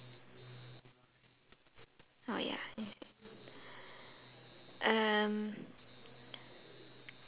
oh ya yes um